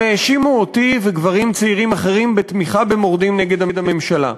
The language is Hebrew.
הם האשימו אותי וגברים צעירים אחרים בתמיכה במורדים נגד הממשלה.